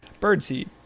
Birdseed